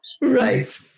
Right